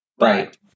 Right